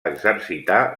exercitar